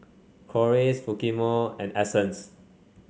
Corliss Fumiko and Essence